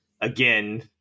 again